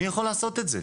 מי יכול לעשות את זה?